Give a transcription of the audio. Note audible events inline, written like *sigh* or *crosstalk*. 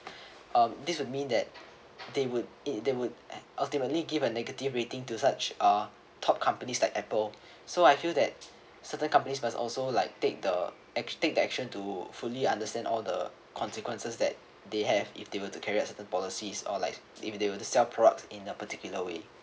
um this would mean that they would they would ultimately give a negative rating to such uh top companies like Apple so I feel that certain companies must also like take the ac~ *noise* take the action to fully understand all the consequences that they have if they were to carry out certain policies or like if they were to sell products in a particular way